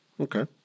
Okay